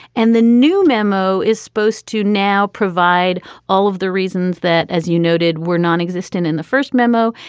and the new memo is supposed to now provide all of the reasons that, as you noted, were nonexistent in the first memo.